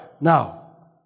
Now